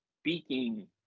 speaking